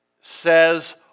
says